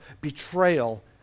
betrayal